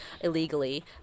illegally